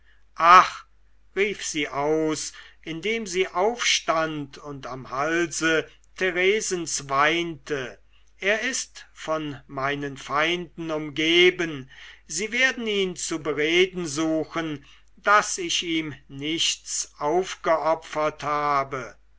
ach rief sie aus indem sie aufstand und am halse theresens weinte er ist von meinen feinden umgeben sie werden ihn zu bereden suchen daß ich ihm nichts aufgeopfert habe